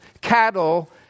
cattle